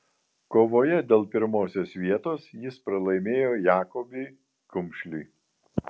kovoje dėl pirmosios vietos jis pralaimėjo jakobiui kumšliui